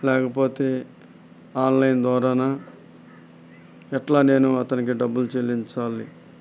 లేకపోతే ఆన్లైన్ ద్వారానా ఎలా నేను అతనికి డబ్బులు చెల్లించాలి